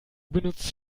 benutzt